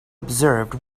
observed